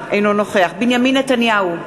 אינו נוכח בנימין נתניהו,